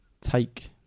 take